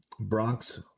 Bronx